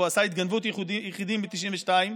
פה הוא עשה התגנבות יחידים ב-1992,